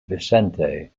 vicente